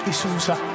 Isusa